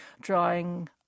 drawing